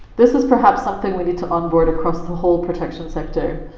this is perhaps something we need to onboard across the whole protection sector.